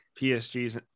PSG's